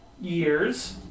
years